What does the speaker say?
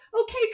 okay